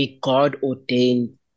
God-ordained